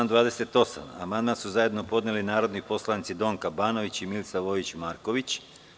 Na član 28. amandman su zajedno podneli narodni poslanici Donka Banović i Milica Vojić Marković.